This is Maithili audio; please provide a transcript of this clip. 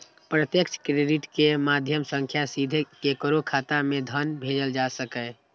प्रत्यक्ष क्रेडिट के माध्यम सं सीधे केकरो खाता मे धन भेजल जा सकैए